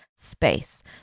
space